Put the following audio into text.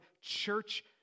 church